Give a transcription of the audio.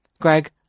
Greg